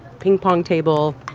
pingpong table,